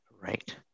Right